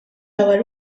ewwel